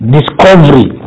Discovery